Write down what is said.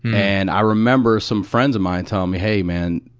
and i remember some friends of mine telling me, hey, man.